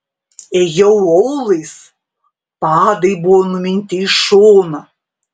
ėjau aulais padai buvo numinti į šoną